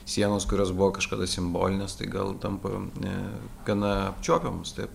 sienos kurios buvo kažkada simbolinės tai gal tampa e gana apčiuopiamos taip